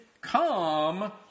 come